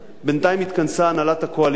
בינתיים התכנסה הנהלת הקואליציה,